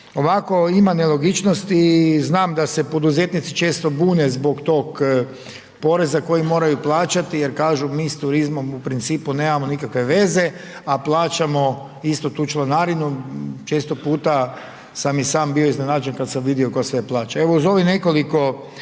ovako ima nelogičnosti i znam da se poduzetnici često bune zbog tog poreza koji moraju plaćati jer kažu mi s turizmom u principu nemamo nikakve veze, a plaćamo isto tu članarinu često puta sam i sam bio iznenađen kad sam vidio tko sve plaća.